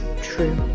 true